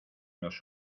los